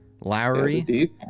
Lowry